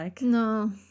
No